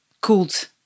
cooled